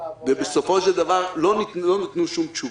בסופו של דבר לא ניתנו שום תשובות.